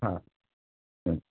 हय